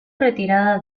retirada